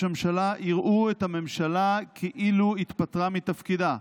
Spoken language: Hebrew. הממשלה יראו את הממשלה כאילו התפטרה מתפקידה,